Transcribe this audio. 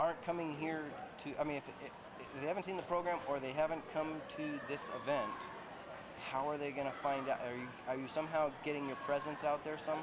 are coming here too i mean if you haven't seen the program or they haven't come to this event how are they going to find you somehow getting your presence out there so